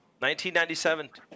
1997